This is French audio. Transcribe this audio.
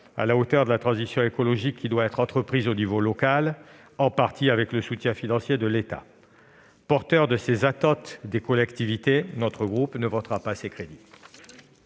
à la hauteur de la transition écologique, qui doit être entreprise au niveau local, en partie avec le soutien financier de l'État. Porteur de ces attentes des collectivités, notre groupe ne votera pas ces crédits.